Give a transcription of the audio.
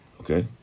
okay